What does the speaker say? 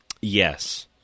Yes